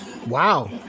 Wow